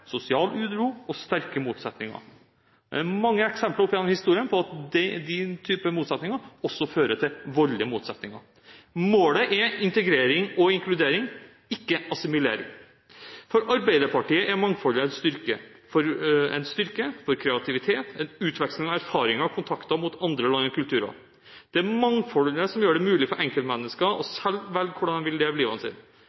sosial uro og sterke motsetninger. Det er mange eksempler opp gjennom historien på at den typen motsetninger også fører til voldelige motsetninger. Målet er integrering og inkludering, ikke assimilering. For Arbeiderpartiet er mangfoldet en styrke for kreativitet, for utveksling av erfaringer og kontakter mot andre land og kulturer. Det er mangfoldet som gjør det mulig for enkeltmennesker selv å